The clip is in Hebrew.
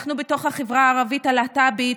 אנחנו בחברה הערבית הלהט"בית,